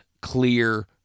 clear